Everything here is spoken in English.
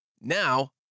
Now